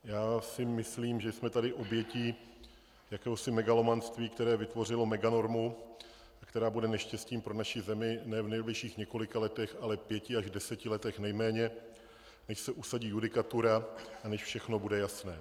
Já si myslím, že jsme tady obětí jakéhosi megalomanství, které vytvořilo meganormu, která bude neštěstím pro naši zemi nejen v nejbližších několika letech, ale pěti až deseti letech nejméně, než se usadí judikatura a než všechno bude jasné.